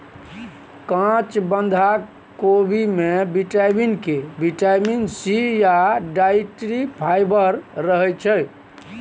काँच बंधा कोबी मे बिटामिन के, बिटामिन सी या डाइट्री फाइबर रहय छै